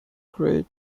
great